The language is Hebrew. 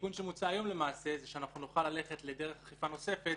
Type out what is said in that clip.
התיקון שמוצע היום שנוכל ללכת לדרך אכיפה נוספת